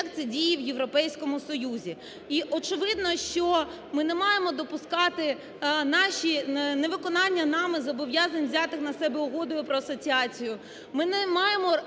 як це діє у Європейському Союзі. І, очевидно, що ми не маємо допускати наші… невиконання нами зобов'язань, взятих на себе Угодою про асоціацію.